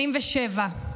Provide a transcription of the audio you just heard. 87,